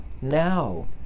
now